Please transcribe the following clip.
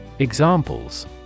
Examples